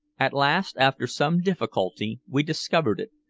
at last, after some difficulty, we discovered it,